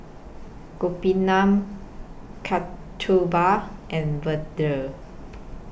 Gopinath Kasturba and Vedre